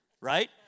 right